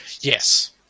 Yes